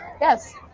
Yes